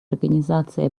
организации